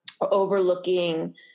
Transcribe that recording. overlooking